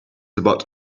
about